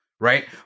Right